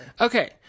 Okay